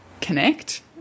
connect